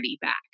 back